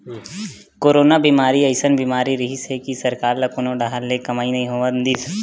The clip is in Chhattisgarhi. करोना बेमारी अइसन बीमारी रिहिस हे कि सरकार ल कोनो डाहर ले कमई नइ होवन दिस